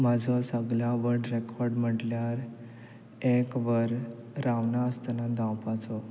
म्हाजो सगळ्यांत व्हड रेकॉर्ड म्हणल्यार एक वर रावनासतना धांवपाचो